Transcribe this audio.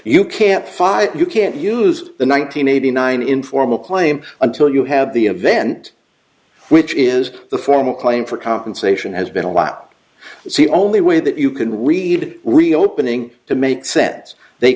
you can't fight you can't use the one nine hundred eighty nine informal claim until you have the event which is the formal claim for compensation has been a while and see only way that you can read reopening to make sense they